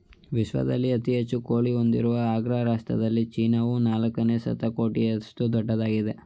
ವಿಶ್ವದಲ್ಲಿ ಅತಿ ಹೆಚ್ಚು ಕೋಳಿ ಹೊಂದಿರುವ ಅಗ್ರ ರಾಷ್ಟ್ರದಲ್ಲಿ ಚೀನಾವು ನಾಲ್ಕು ಶತಕೋಟಿಯಷ್ಟು ದೊಡ್ಡದಾಗಿದೆ